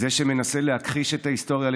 זה שמנסה להכחיש את ההיסטוריה,